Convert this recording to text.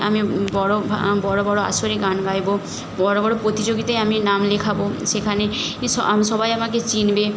আমি বড় আমি বড় বড় আসরে গান গাইব বড় বড় প্রতিযোগিতায় আমি নাম লেখাব সেখানে এ সবাই আমাকে চিনবে